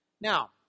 Now